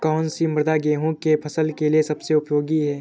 कौन सी मृदा गेहूँ की फसल के लिए सबसे उपयोगी है?